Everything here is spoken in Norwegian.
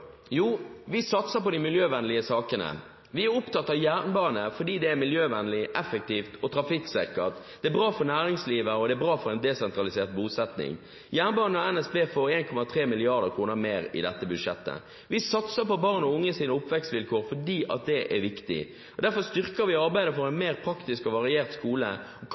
Jo, vi satser på de miljøvennlige sakene. Vi er opptatt av jernbane, fordi det er miljøvennlig, effektivt og trafikksikkert. Det er bra for næringslivet, og det er bra for en desentralisert bosetting. Jernbanen og NSB får 1,3 mrd. kr mer i dette budsjettet. Vi satser på barn og unges oppvekstvilkår, fordi det er viktig. Derfor styrker vi arbeidet for en mer praktisk og variert skole